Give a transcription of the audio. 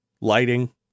lighting